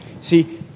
See